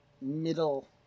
middle